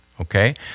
okay